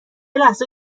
لحظه